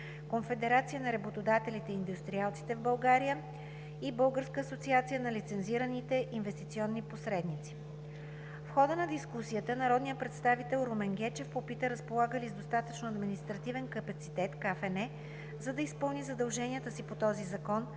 Конфедерацията на работодателите и индустриалците в България и Българската асоциация на лицензираните инвестиционни посредници. В хода на дискусията народният представител Румен Гечев попита разполага ли с достатъчно административен капацитет Комисията за финансов надзор, за да изпълни задълженията си по този закон